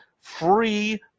free